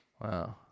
Wow